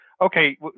okay